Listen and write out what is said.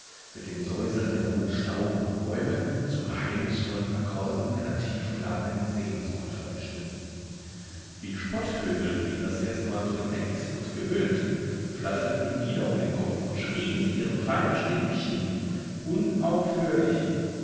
mit dem säuseln der hohen stauden und bäume zu geheimnisvollen akkorden einer tiefklagenden sehnsucht vermischten die spottvögel die ihn das erstemal so geneckt und gehöhnt flatterten ihm wieder um den kopf und schrieen mit ihren feinen stimmchen unaufhörlich